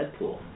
Deadpool